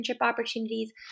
opportunities